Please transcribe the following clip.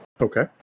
Okay